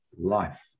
Life